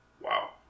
wow